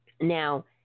Now